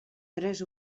tres